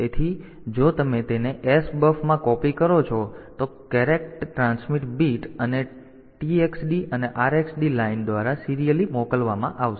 તેથી જો તમે તેને S બફ માં કૉપિ કરો છો તો કેરેક્ટર ટ્રાન્સમિટ બીટ અને TXD અને RXD લાઇન દ્વારા સીરીયલી મોકલવામાં આવશે